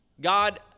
God